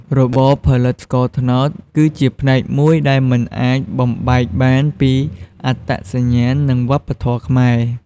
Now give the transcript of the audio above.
របរផលិតស្ករត្នោតគឺជាផ្នែកមួយដែលមិនអាចបំបែកបានពីអត្តសញ្ញាណនិងវប្បធម៌ខ្មែរ។